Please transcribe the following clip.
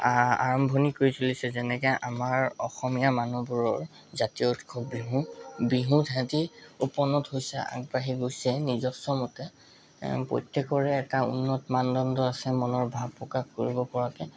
আৰম্ভনি কৰি চলিছে যেনেকৈ আমাৰ অসমীয়া মানুহবোৰৰ জাতীয় উৎসৱ বিহু বিহুত সিহঁতি উপনত হৈছে আগবাঢ়ি গৈছে নিজস্বমতে প্ৰত্যেকৰে এটা উন্নত মানদণ্ড আছে মনৰ ভাৱ প্ৰকাশ কৰিব পৰাকৈ